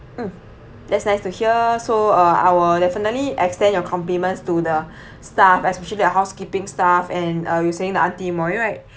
mm that's nice to hear so uh I will definitely extend your compliments to the staff especially the housekeeping staff and uh you were saying the auntie Moi right